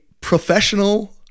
professional